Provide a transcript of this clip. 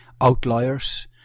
outliers